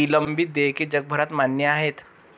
विलंबित देयके जगभरात मान्य आहेत